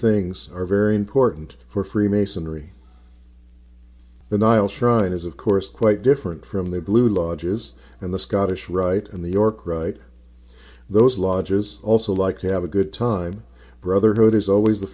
things are very important for freemasonry the nile shrine is of course quite different from the blue lodges and the scottish rite and the york write those lodges also like to have a good time brotherhood is always the